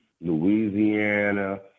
Louisiana